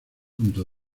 punto